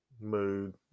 mood